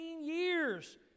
years